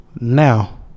Now